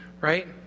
Right